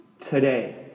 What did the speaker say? today